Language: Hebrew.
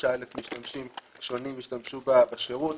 25,000 משתמשים שונים השתמשו בשירות.